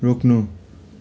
रोक्नु